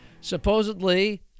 supposedly